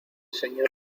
señor